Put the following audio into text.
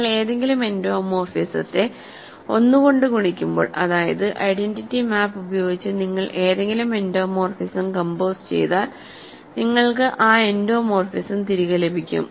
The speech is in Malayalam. നിങ്ങൾ ഏതെങ്കിലും എൻഡോമോർഫിസത്തെ 1 കൊണ്ട് ഗുണിക്കുമ്പോൾ അതായത് ഐഡന്റിറ്റി മാപ്പ് ഉപയോഗിച്ച് നിങ്ങൾ ഏതെങ്കിലും എൻഡോമോർഫിസം കംപോസ് ചെയ്താൽ നിങ്ങൾക്ക് ആ എൻഡോമോർഫിസം തിരികെ ലഭിക്കും